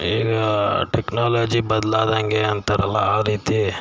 ಈಗ ಟೆಕ್ನಾಲಜಿ ಬದಲಾದಂಗೆ ಅಂತಾರಲ್ಲ ಆ ರೀತಿ